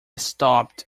stopped